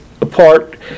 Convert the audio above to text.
apart